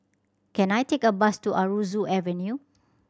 can I take a bus to Aroozoo Avenue